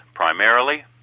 Primarily